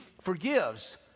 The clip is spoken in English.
forgives